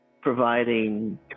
providing